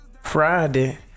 Friday